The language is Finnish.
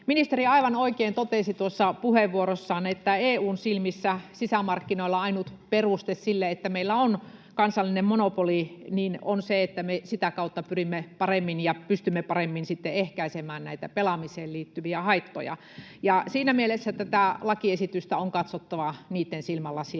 Ministeri aivan oikein totesi puheenvuorossaan, että EU:n silmissä sisämarkkinoilla ainut peruste sille, että meillä on kansallinen monopoli, on se, että me sitä kautta pyrimme paremmin ja pystymme paremmin ehkäisemään näitä pelaamiseen liittyviä haittoja, ja siinä mielessä tätä lakiesitystä on katsottava niitten silmälasien